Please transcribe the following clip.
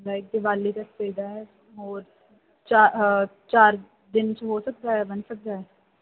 like Diwali ਤੱਕ ਚਾਹੀਦਾ ਹੈ ਹੋਰ ਚਾ ਚਾਰ ਦਿਨ 'ਚ ਹੋ ਸਕਦਾ ਹੈ ਬਣ ਸਕਦਾ ਹੈ